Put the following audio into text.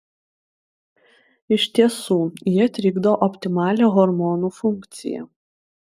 iš tiesų jie trikdo optimalią hormonų funkciją